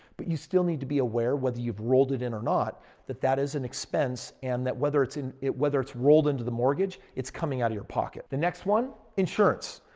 but you still need to be aware whether you've rolled it in or not that that is an expense. and that whether it's in it whether it's rolled into the mortgage, it's coming out of your pocket. the next one, insurance.